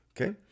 Okay